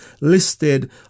listed